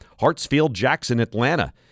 Hartsfield-Jackson-Atlanta